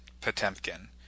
Potemkin